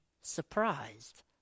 surprised